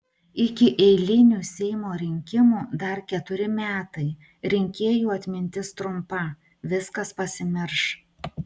iki eilinių seimo rinkimų dar keturi metai rinkėjų atmintis trumpa viskas pasimirš